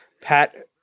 Pat